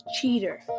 cheater